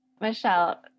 Michelle